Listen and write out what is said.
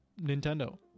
Nintendo